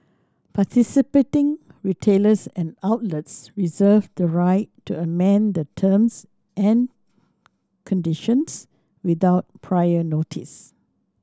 participating retailers and outlets reserve the right to amend the terms and conditions without prior notice